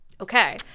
Okay